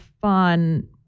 fun